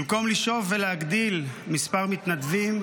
במקום לשאוף ולהגדיל מספר מתנדבים,